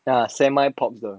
ah stand by popular 的